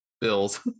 Bills